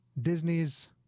Disney's